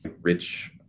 rich